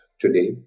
Today